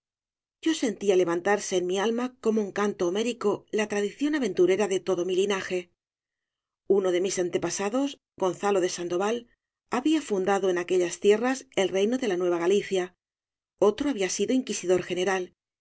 yo sentía levantarse en mi alma tí obras de valle inclan como un canto homérico la tradición aventurera de todo mi linaje uno de mis antepasados gonzalo de sandoval había fundado en aquellas tierras el reino de la nueva galicia otro había sido inquisidor general